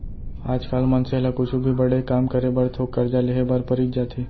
आज काल मनसे ल कुछु भी बड़े काम करे बर थोक करजा लेहे बर परीच जाथे